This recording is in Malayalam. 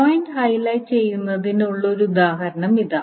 പോയിന്റ് ഹൈലൈറ്റ് ചെയ്യുന്നതിനുള്ള ഒരു ഉദാഹരണം ഇതാ